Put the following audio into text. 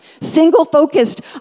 single-focused